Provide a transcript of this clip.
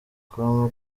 com